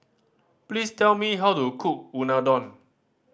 please tell me how to cook Unadon